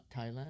Thailand